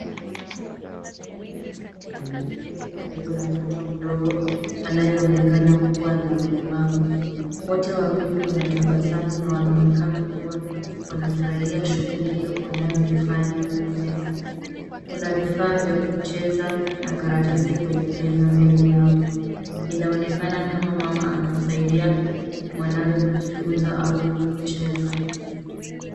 Mwanamke mwenye nywele nyeusi fupi, ameketi karibu na mtoto mdogo anayeonekana kuwa na ulemavu. Wote wawili wanatabasamu na wanaonekana kuwa wanafurahia shughuli wanayoifanya kwenye meza. Kuna vifaa vya kucheza na karatasi kwenye meza mbele yao. Inaonekana kama mama anamsaidia mwanawe kujifunza au kucheza.